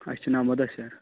اسہِ چھُ ناو مُدثر